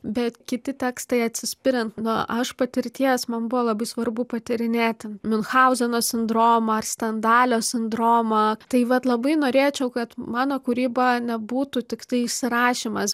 bet kiti tekstai atsispiriant nuo aš patirties man buvo labai svarbu patyrinėti miunchauzeno sindromą ar stendalio sindromą tai vat labai norėčiau kad mano kūryba nebūtų tiktais rašymas